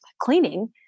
cleaning